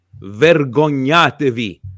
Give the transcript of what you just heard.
Vergognatevi